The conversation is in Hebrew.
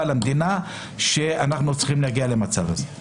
למדינה שאנחנו צריכים להגיע למצב הזה.